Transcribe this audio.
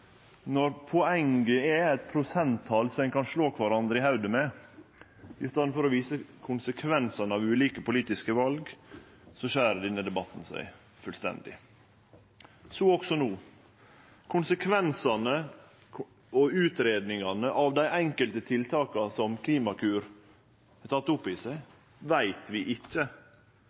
Når poenget er eit prosenttal som ein kan slå kvarandre i hovudet med, i staden for å vise konsekvensane av ulike politiske val, skjer denne debatten seg fullstendig – så også no. Konsekvensane og utgreiingane av dei enkelte tiltaka som Klimakur har teke opp i seg, kjenner vi ikkje.